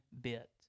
bit